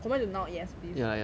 compared to now yes please